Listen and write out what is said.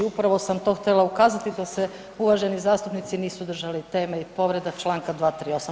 Upravo sam to htjela ukazati da se uvaženi zastupnici nisu držali teme i povreda članka 238.